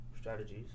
strategies